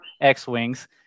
X-Wings